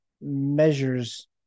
measures